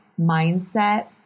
mindset